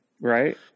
Right